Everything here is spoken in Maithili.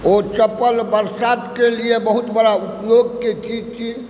ओ चप्पल बरसातके लिए बहुत बड़ा उपयोगके चीज छियै